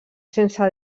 sense